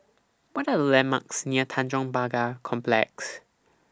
What Are The landmarks near Tanjong Pagar Complex